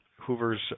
Hoover's